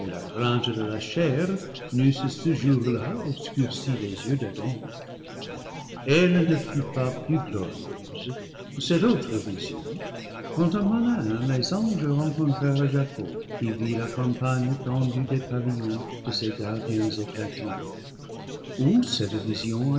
la crainte de la chair n'eussent ce jour-là obscurci les yeux d'adam elle ne fut pas plus glorieuse cette autre vision quand à manahin les anges rencontrèrent jacob qui vit la campagne tendue des pavillons de ces gardiens éclatants ou cette vision